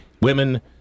women